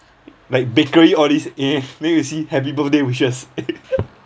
like bakery all these eh then you see happy birthday wishes